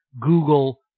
Google